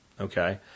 Okay